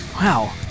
Wow